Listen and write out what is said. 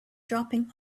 dropping